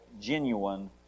genuine